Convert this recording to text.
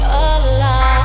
alive